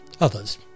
others